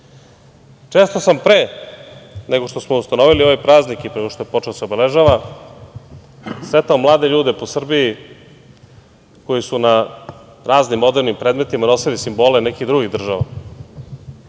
sam pre nego što smo ustanovili ovaj praznik i pre nego što je počeo da se obeležava sretao mlade ljude po Srbiji koji su na raznim odevnim predmetima nosili simbole nekih drugih država.